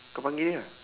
kau panggil ah